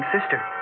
sister